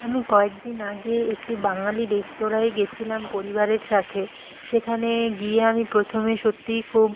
আমি কয়েক দিন আগে একটি বাঙালি রেস্তোরাঁয় গিয়েছিলাম পরিবারের সাথে সেখানে গিয়ে আমি প্রথমে সত্যিই খুব